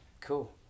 cool